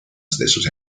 sus